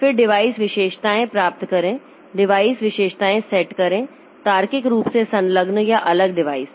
फिर डिवाइस विशेषताएँ प्राप्त करें डिवाइस विशेषताएँ सेट करें तार्किक रूप से संलग्न या अलग डिवाइस